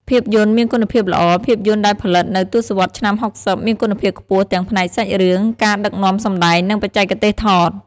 ភាពយន្តមានគុណភាពល្អ ភាពយន្តដែលផលិតនៅទសវត្សរ៍ឆ្នាំ៦០ មានគុណភាពខ្ពស់ទាំងផ្នែកសាច់រឿង ការដឹកនាំសម្ដែង និងបច្ចេកទេសថត។